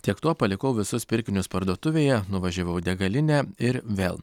tiek to palikau visus pirkinius parduotuvėje nuvažiavau į degalinę ir vėl